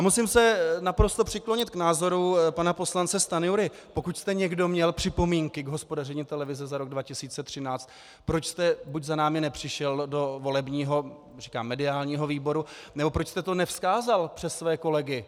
Musím se naprosto přiklonit k názoru pana poslance Stanjury: Pokud jste někdo měl připomínky k hospodaření televize za rok 2013, proč jste buď za námi nepřišel do mediálního výboru, nebo proč jste to nevzkázal přes mé kolegy?